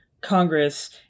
Congress